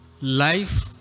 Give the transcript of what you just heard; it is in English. Life